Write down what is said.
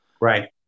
Right